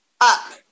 up